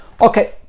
Okay